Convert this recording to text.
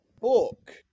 Book